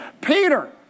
Peter